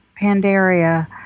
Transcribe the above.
Pandaria